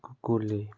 कुकुरले